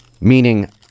meaning